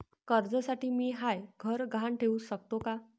कर्जसाठी मी म्हाय घर गहान ठेवू सकतो का